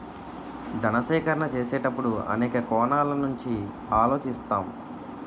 ధన సేకరణ చేసేటప్పుడు అనేక కోణాల నుంచి ఆలోచిస్తాం